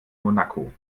monaco